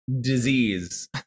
disease